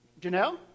Janelle